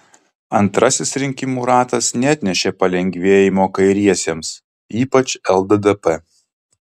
antrasis rinkimų ratas neatnešė palengvėjimo kairiesiems ypač lddp